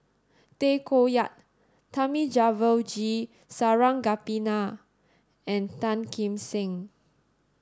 Tay Koh Yat Thamizhavel G Sarangapani and Tan Kim Seng